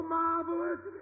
marvelous